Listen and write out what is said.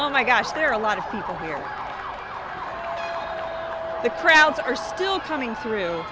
oh my gosh there are a lot of people here the crowds are still coming through